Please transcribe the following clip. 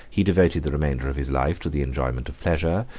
he devoted the remainder of his life to the enjoyment of pleasure,